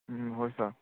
ꯎꯝ ꯍꯣꯏ ꯁꯥꯔ